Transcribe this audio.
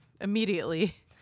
Immediately